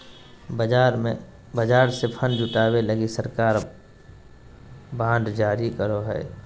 बाजार से फण्ड जुटावे लगी सरकार बांड जारी करो हय